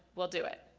we'll do it.